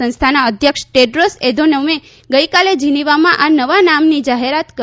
સંસ્થાના અધ્યક્ષ ટેડ્રીસ એધેનોમે ગઇકાલે જીનીવામાં આ નવા નામની જાહેરાત કરી